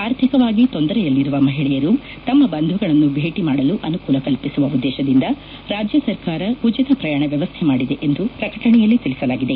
ಆರ್ಥಿಕವಾಗಿ ತೊಂದರೆಯಲ್ಲಿರು ತಮ್ಮ ಬಂಧುಗಳನ್ನು ಭೇಟಿ ಮಾಡಲು ಅನುಕೂಲ ಕಲ್ಪಿಸುವ ಉದ್ದೇಶದಿಂದ ರಾಜ್ಯ ಸರ್ಕಾರ ಉಚಿತ ಪ್ರಯಾಣ ವ್ಯವಸ್ಥೆ ಮಾದಿದೆ ಎಂದು ಪ್ರಕಟಣೆಯಲ್ಲಿ ತಿಳಿಸಲಾಗಿದೆ